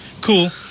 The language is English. Cool